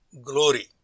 glory